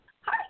Hi